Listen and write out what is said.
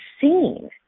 seen